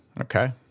Okay